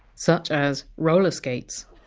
such as roller skates